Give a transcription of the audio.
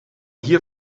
hier